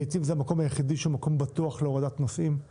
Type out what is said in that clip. לעיתים זה המקום היחידי שהוא מקום בטוח להורדת נוסעים.